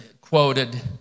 quoted